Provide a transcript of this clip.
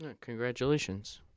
Congratulations